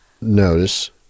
notice